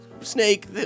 snake